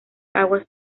aguas